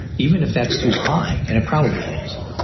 even if that's too high and it probably is